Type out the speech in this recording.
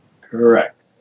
Correct